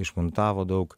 išmontavo daug